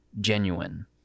genuine